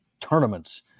tournaments